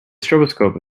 stroboscope